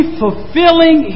fulfilling